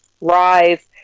rise